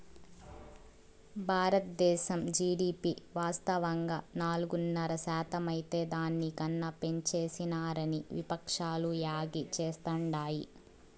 బారద్దేశం జీడీపి వాస్తవంగా నాలుగున్నర శాతమైతే దాని కన్నా పెంచేసినారని విపక్షాలు యాగీ చేస్తాండాయి